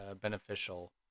beneficial